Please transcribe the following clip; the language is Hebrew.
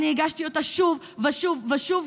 הגשתי אותה שוב ושוב ושוב,